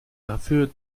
dafür